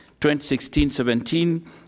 2016-17